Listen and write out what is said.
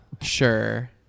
sure